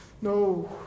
No